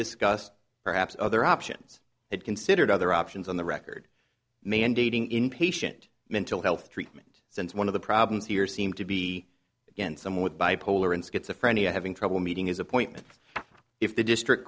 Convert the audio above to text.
discussed perhaps other options had considered other options on the record mandating inpatient mental health treatment since one of the problems here seem to be again some with bipolar and schizophrenia having trouble meeting his appointments if the district